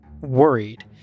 worried